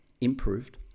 improved